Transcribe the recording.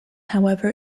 however